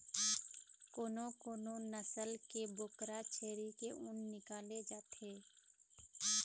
कोनो कोनो नसल के बोकरा छेरी के ऊन निकाले जाथे